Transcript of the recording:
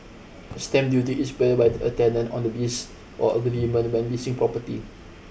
stamp duty is payable by a tenant on the lease or agreement when leasing property